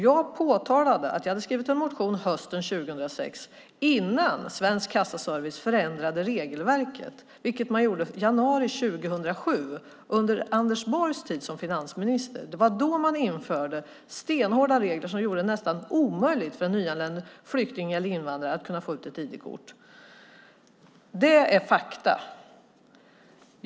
Jag påtalade att jag hade skrivit en motion hösten 2006 innan Svensk Kassaservice förändrade regelverket, vilket man gjorde i januari 2007, under Anders Borgs tid som finansminister. Det var då man införde stenhårda regler som gjorde det nästan omöjligt för en nyanländ flykting eller invandrare att få ut ett ID-kort. Det är fakta.